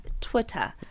Twitter